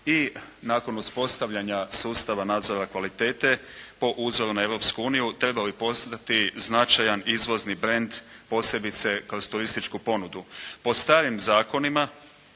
i nakon uspostavljanja sustava nadzora kvalitete po uzoru na Europsku uniju trebali postati značajan izvozni brend posebice kroz turističku ponudu. Po starim zakonima